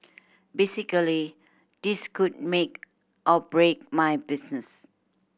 basically this could make or break my business